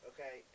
Okay